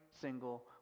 single